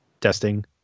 testing